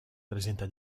presenta